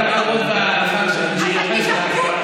עם כל הכבוד וההערכה שאני רוחש לך,